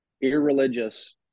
irreligious